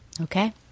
okay